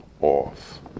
off